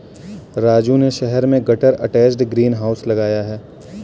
राजू ने शहर में गटर अटैच्ड ग्रीन हाउस लगाया है